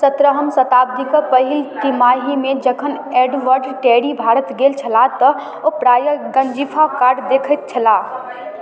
सतरहम शताब्दीपर पहिल तिमाहीमे जखन एड्वर्ड टेरी भारत गेल छलाह तऽ ओ प्रायः गञ्जीफा कार्ड देखैत छलाह